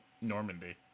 Normandy